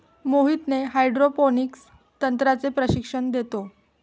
Mohit hydroponics तंत्राचे प्रशिक्षण देतो